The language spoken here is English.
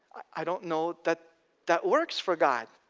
i don't know that that works for god.